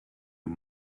you